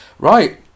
Right